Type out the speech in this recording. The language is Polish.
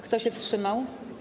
Kto się wstrzymał?